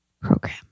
program